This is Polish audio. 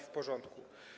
W porządku.